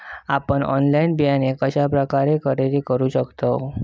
आपन ऑनलाइन बियाणे कश्या प्रकारे खरेदी करू शकतय?